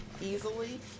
easily